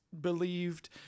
believed